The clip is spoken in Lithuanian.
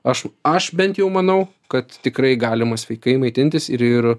aš aš bent jau manau kad tikrai galima sveikai maitintis ir ir